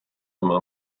oma